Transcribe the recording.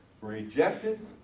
Rejected